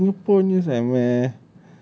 ya singapore news like meh